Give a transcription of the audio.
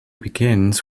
begins